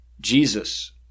Jesus